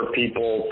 people